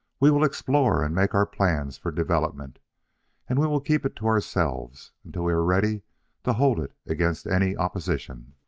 we will explore and make our plans for development and we will keep it to ourselves until we are ready to hold it against any opposition.